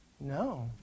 No